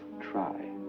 try. an